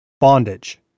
Bondage